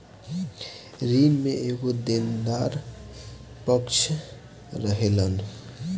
ऋण में एगो देनदार पक्ष रहेलन